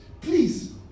Please